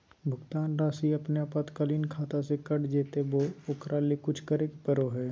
भुक्तान रासि अपने आपातकालीन खाता से कट जैतैय बोया ओकरा ले कुछ करे परो है?